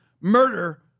murder